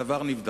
הדבר נבדק,